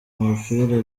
umupira